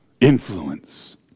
Influence